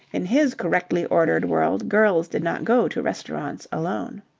in his correctly ordered world girls did not go to restaurants alone.